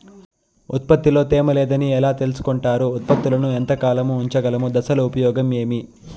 ఉత్పత్తి లో తేమ లేదని ఎలా తెలుసుకొంటారు ఉత్పత్తులను ఎంత కాలము ఉంచగలము దశలు ఉపయోగం ఏమి?